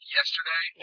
yesterday